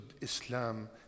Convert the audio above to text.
Islam